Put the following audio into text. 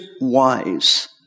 wise